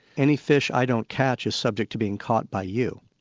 any fish i don't catch is subject to being caught by you.